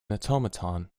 automaton